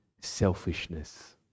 Selfishness